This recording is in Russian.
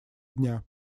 дня